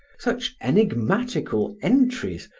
such enigmatical entries,